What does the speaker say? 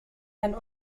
ein